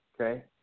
Okay